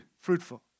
fruitful